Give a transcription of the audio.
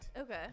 Okay